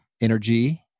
energy